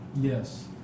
yes